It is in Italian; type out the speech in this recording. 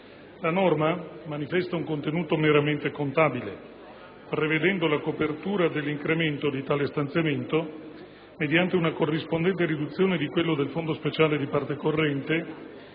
La norma manifesta un contenuto meramente contabile, prevedendo la copertura dell'incremento di tale stanziamento mediante una corrispondente riduzione del fondo speciale di parte corrente,